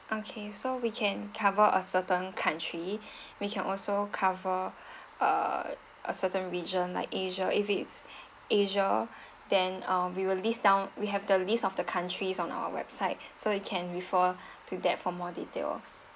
okay so we can cover a certain country we can also cover err a certain region like asia if it's asia then uh we will list down we have the list of the countries on our website so you can refer to that for more details